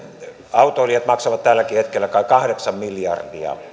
autoilijat maksavat tälläkin hetkellä kai kahdeksan miljardia